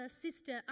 sister